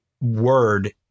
word